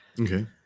Okay